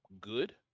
good